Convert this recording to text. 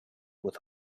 with